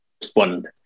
respond